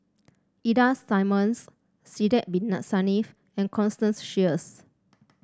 Ida Simmons Sidek Bin Saniff and Constance Sheares